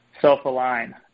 self-align